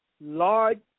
large